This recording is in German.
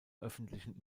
öffentlichen